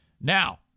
Now